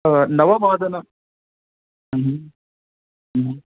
नववादन